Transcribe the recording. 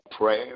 prayer